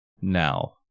now